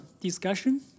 discussion